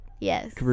Yes